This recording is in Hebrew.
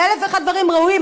לאלף ואחד דברים ראויים,